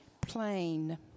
Plain